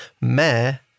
Mayor